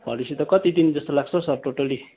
भनेपछि त कति दिन जस्तो लाग्छ हौ सर टोटल्ली